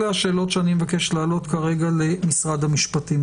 אלה שאלות שאני מבקש להעלות כרגע למשרד המשפטים,